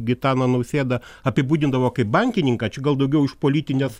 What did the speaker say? gitaną nausėdą apibūdindavo kaip bankininką čia gal daugiau iš politinės